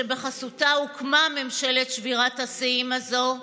שבחסותה הוקמה ממשלת שבירת השיאים הזו,